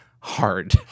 hard